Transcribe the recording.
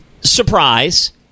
surprise